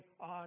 on